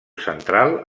central